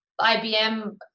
IBM